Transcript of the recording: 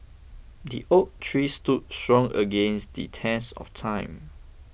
the oak tree stood strong against the test of time